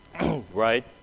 right